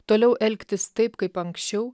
toliau elgtis taip kaip anksčiau